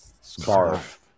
Scarf